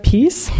Peace